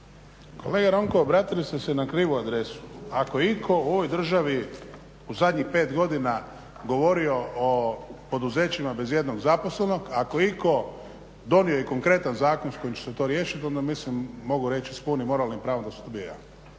Kolega Ronko obratili ste se na krivu adresu. Ako je itko u ovoj državi u zadnjih 5 godina govorio o poduzećima bez ijednog zaposlenog, ako je itko donio i konkretan zakon s kojim će se to riješiti onda mislim mogu reći s punim moralnim pravom da sam to bio ja.